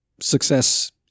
success